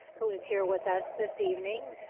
who is here with us this evening.